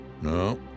No